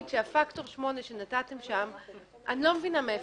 פקטור 8 שנתתם שם, אני לא מבינה מאיפה זה בא.